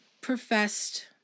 professed